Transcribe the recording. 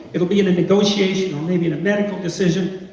it'll be and a negotiation well maybe and a medical decision,